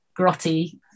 grotty